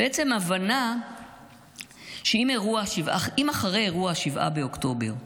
בעצם הבנה שאם אחרי אירוע 7 באוקטובר,